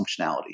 functionality